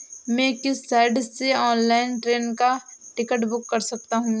मैं किस साइट से ऑनलाइन ट्रेन का टिकट बुक कर सकता हूँ?